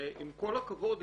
ועם כל הכבוד,